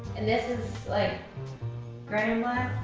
and, this is, like gray and black.